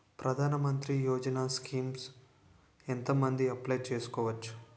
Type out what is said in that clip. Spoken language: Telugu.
ప్రధాన మంత్రి యోజన స్కీమ్స్ ఎంత మంది అప్లయ్ చేసుకోవచ్చు?